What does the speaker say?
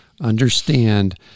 Understand